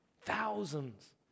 thousands